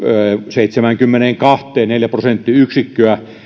seitsemäänkymmeneenkahteen neljä prosenttiyksikköä